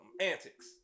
antics